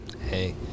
Hey